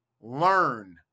learn